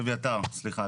אביתר, סליחה.